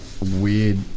weird